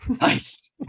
nice